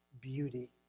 beauty